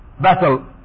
battle